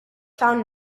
found